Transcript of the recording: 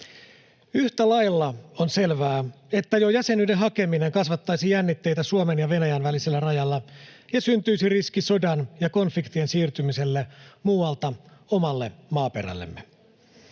Yhtä lailla on selvää, että jo jäsenyyden hakeminen kasvattaisi jännitteitä Suomen ja Venäjän välisellä rajalla ja syntyisi riski sodan ja konfliktien siirtymiselle muualta omalle maaperällemme.